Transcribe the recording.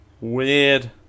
Weird